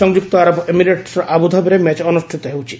ସଂଯୁକ୍ତ ଆରବ ଏମିରେଟ୍ର ଆବୁଧାବିରେ ମ୍ୟାଚ୍ ଅନୁଷ୍ଠିତ ହେଉଛି